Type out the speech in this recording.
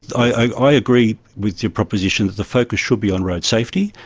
i agree with your proposition that the focus should be on road safety.